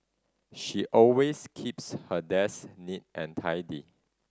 she always keeps her desk neat and tidy